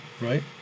right